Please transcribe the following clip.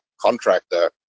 contractor